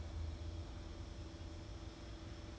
s~ then then it goes along with your contract lah